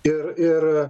ir ir